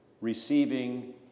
receiving